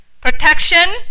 protection